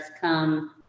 come